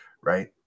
Right